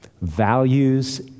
values